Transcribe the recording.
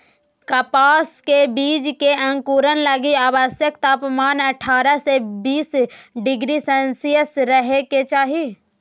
कपास के बीज के अंकुरण लगी आवश्यक तापमान अठारह से बीस डिग्री सेल्शियस रहे के चाही